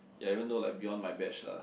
ya even though like beyond my batch lah